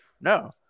No